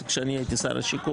עוד כשאני הייתי שר השיכון